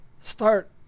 start